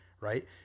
right